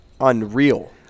unreal